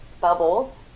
bubbles